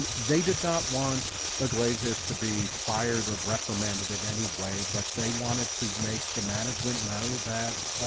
and they did not want iglesias to be fired or reprimanded in any way but they wanted to make the management know that ah,